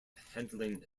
handling